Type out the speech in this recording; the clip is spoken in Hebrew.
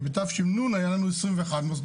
בתש"ן היה לנו 21 מוסדות,